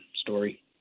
story